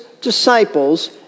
disciples